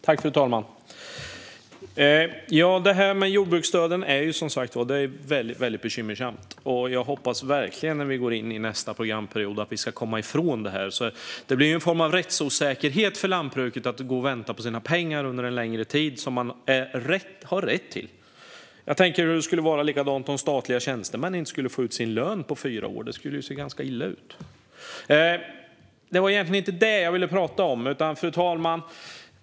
Fru talman! Det här med jordbruksstöden är väldigt bekymmersamt. Jag hoppas verkligen att vi när vi går in i nästa programperiod ska komma ifrån det. Det blir en form av rättsosäkerhet för lantbruket att gå och vänta på sina pengar som man har rätt till under en längre tid. Jag tänker på hur det skulle vara om statliga tjänstemän inte skulle få ut sin lön på fyra år. Det skulle se ganska illa ut. Men det var egentligen inte det jag ville tala om. Fru talman!